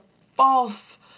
false